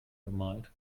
bemalt